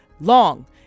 long